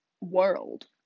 world